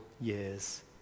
years